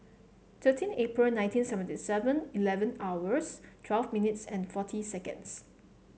thirteen April nineteen seventy Seven Eleven hours twelve minutes and forty seconds